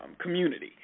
community